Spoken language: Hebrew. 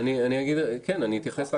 כן, אני אתייחס.